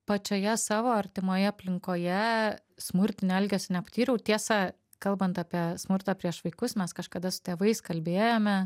pačioje savo artimoje aplinkoje smurtinio elgesio nepatyriau tiesa kalbant apie smurtą prieš vaikus mes kažkada su tėvais kalbėjome